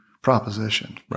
proposition